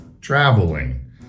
traveling